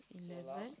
eleven